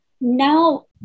now